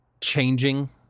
changing